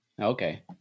Okay